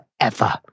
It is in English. forever